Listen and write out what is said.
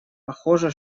похоже